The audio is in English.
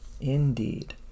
indeed